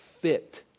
fit